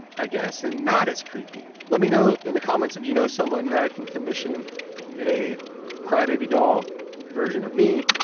i guess, and not as creepy. let me know in the comments if you know someone that i can commission a crybaby doll version of me.